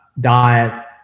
diet